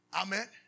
Amen